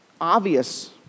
obvious